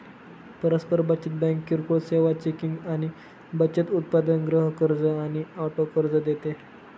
परस्पर बचत बँक किरकोळ सेवा, चेकिंग आणि बचत उत्पादन, गृह कर्ज आणि ऑटो कर्ज देते